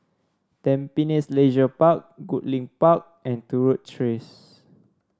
Tampines Leisure Park Goodlink Park and Turut Track